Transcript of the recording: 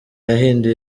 yahinduye